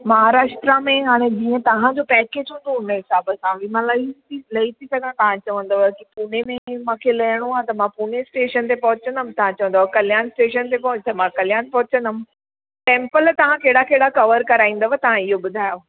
महाराष्ट्र में हाणे जीअं तव्हां जो पैकेज हूंदो उन जे हिसाब सां ओॾी महिल ई अची लही थी सघां तव्हां चवंदव कि पुणे में ही मूंखे लहिणो आहे त मां पुणे स्टेशन ते पहुचंदम तां चवंदव कल्याण स्टेशन ते पहुंच त मां कल्याण पहुचंदम टेम्पल तव्हां कहिड़ा कहिड़ा कवरु कराइंदव तव्हां इहो ॿुधायो